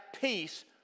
peace